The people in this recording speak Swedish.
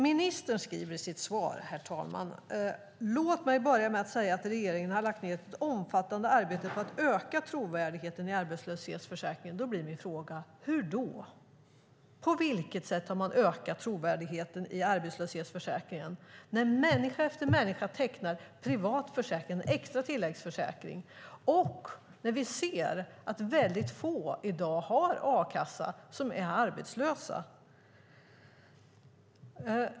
Ministern skriver i sitt svar: "Låt mig börja med att säga att regeringen har lagt ned ett omfattande arbete på att öka trovärdigheten i arbetslöshetsförsäkringen." Då blir min fråga: Hur då? På vilket sätt har man ökat trovärdigheten i arbetslöshetsförsäkringen när människa efter människa tecknar en privat försäkring, en extra tilläggsförsäkring, och när vi ser att väldigt få som är arbetslösa i dag har a-kassa?